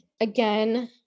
Again